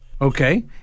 Okay